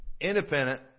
independent